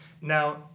Now